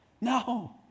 No